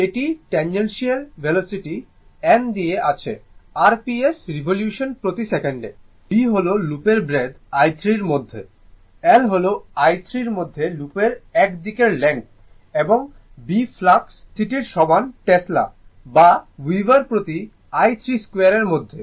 এটি tangential velocity n দেয়া আছে r p s রিভলিউশন প্রতি সেকেন্ডে b হল লুপের ব্রেডথ i 3 মধ্যে l হল i 3 মধ্যে লুপের এক দিকের লেংথ এবং B ফ্লাক্স ডেন্সিটির সমান টেসলা বা ওয়েবার প্রতি i 3 2 এর মধ্যে